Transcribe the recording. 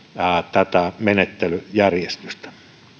tätä menettelyjärjestystä